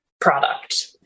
product